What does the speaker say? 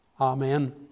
amen